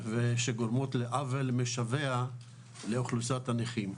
שגורמות לעוול משווע לאוכלוסיית הנכים.